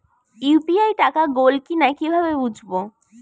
UPI টাকা গোল কিনা কিভাবে বুঝব?